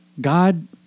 God